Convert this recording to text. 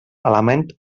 element